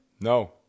No